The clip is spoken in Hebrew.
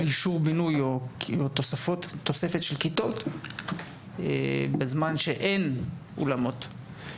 אישור או תוספת של כיתות בזמן שאין אולמות.